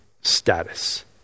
status